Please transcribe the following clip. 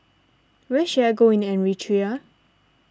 where should I go in Eritrea